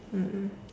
mm mm